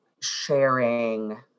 sharing